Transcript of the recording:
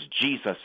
Jesus